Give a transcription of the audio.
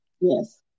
yes